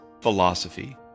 philosophy